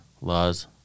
laws